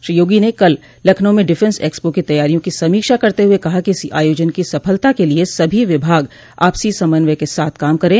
श्री योगी ने कल लखनऊ में डिफेंस एक्सपो की तैयारियों की समीक्षा करते हुए कहा कि इस आयोजन की सफलता के लिये सभी विभाग आपसी समन्वय के साथ काम करें